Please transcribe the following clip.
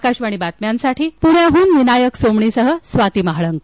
आकाशवाणी बातम्यांसाठी प्ण्याहन विनायक सोमणीसह स्वाती महाळंक